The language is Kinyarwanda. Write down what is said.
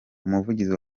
umuvugizi